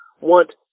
want